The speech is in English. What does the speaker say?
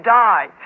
die